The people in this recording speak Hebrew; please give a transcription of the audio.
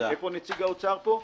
איפה נציג משרד האוצר פה?